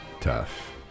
tough